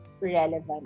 relevant